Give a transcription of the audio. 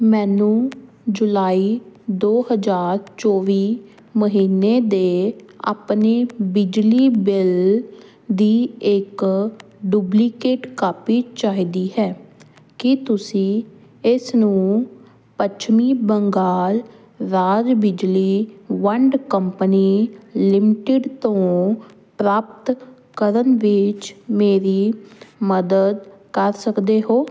ਮੈਨੂੰ ਜੁਲਾਈ ਦੋ ਹਜ਼ਾਰ ਚੌਵੀ ਮਹੀਨੇ ਦੇ ਆਪਣੇ ਬਿਜਲੀ ਬਿੱਲ ਦੀ ਇੱਕ ਡੁਪਲੀਕੇਟ ਕਾਪੀ ਚਾਹੀਦੀ ਹੈ ਕੀ ਤੁਸੀਂ ਇਸ ਨੂੰ ਪੱਛਮੀ ਬੰਗਾਲ ਰਾਜ ਬਿਜਲੀ ਵੰਡ ਕੰਪਨੀ ਲਿਮਟਿਡ ਤੋਂ ਪ੍ਰਾਪਤ ਕਰਨ ਵਿੱਚ ਮੇਰੀ ਮਦਦ ਕਰ ਸਕਦੇ ਹੋ